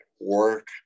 work